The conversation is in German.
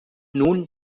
nun